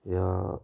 या